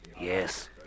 Yes